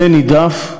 עלה נידף,